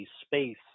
space